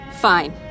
Fine